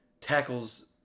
tackles